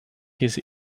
his